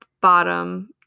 bottom